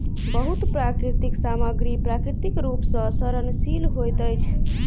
बहुत प्राकृतिक सामग्री प्राकृतिक रूप सॅ सड़नशील होइत अछि